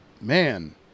Man